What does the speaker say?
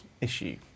issue